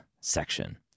section